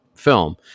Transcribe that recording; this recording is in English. film